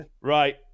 Right